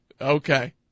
Okay